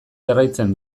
jarraitzen